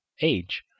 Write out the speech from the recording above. age